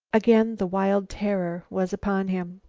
again the wild terror was upon him.